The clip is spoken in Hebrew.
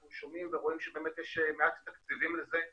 שומעים ורואים שיש מעט תקציבים לזה,